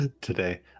today